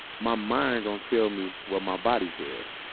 my mind gon' tell me what my body says.